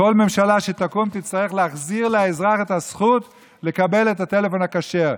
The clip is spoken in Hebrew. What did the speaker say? כל ממשלה שתקום תצטרך להחזיר לאזרח את הזכות לקבל את הטלפון הכשר.